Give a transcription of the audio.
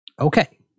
Okay